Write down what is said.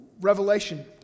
Revelation